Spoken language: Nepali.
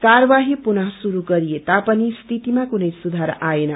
कार्यवाही पुनः श्रुरू गरिए तापनि स्थितिमा कुनै सुधार आएन